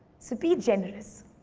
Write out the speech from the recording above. so be generous.